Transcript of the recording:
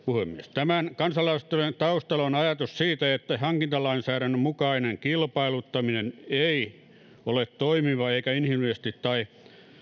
tämän kansalaisaloitteen taustalla on ajatus siitä että hankintalainsäädännön mukainen kilpailuttaminen ei ole toimiva eikä inhimillisesti tai